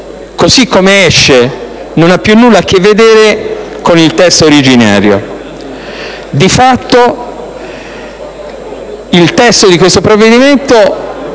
così come esce non ha più nulla a che vedere con il testo originario. Di fatto, il testo di questo provvedimento